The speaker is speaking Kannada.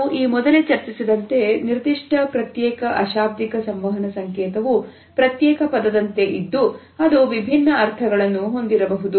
ನಾವು ಈ ಮೊದಲೇ ಚರ್ಚಿಸಿದಂತೆ ನಿರ್ದಿಷ್ಟ ಪ್ರತ್ಯೇಕ ಅಶಾಬ್ದಿಕ ಸಂವಹನ ಸಂಕೇತವೋ ಪ್ರತ್ಯೇಕ ಪದದಂತೆ ಇದ್ದು ಅದು ವಿಭಿನ್ನ ಅರ್ಥಗಳನ್ನು ಹೊಂದಿರಬಹುದು